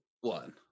one